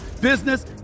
business